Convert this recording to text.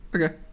Okay